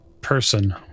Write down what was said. person